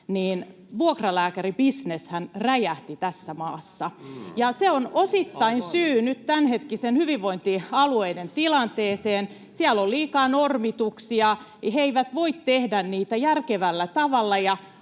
[Perussuomalaisten ryhmästä: Oho!] Ja se on osittain syy nyt tämänhetkiseen hyvinvointialueiden tilanteeseen. Siellä on liikaa normituksia, he eivät voi tehdä niitä järkevällä tavalla